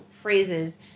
phrases